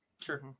sure